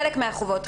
חלק מהחובות,